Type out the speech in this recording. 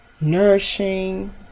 nourishing